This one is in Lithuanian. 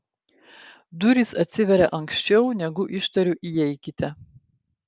durys atsiveria anksčiau negu ištariu įeikite